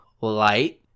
light